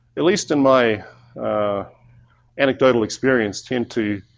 at least in my anecdotal experience tend to